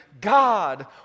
God